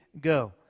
Go